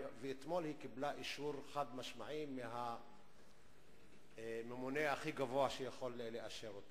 ואתמול היא קיבלה אישור חד-משמעי מהממונה הכי גבוה שיכול לאשר אותה.